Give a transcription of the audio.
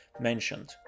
mentioned